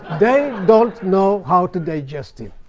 they don't know how to digest him.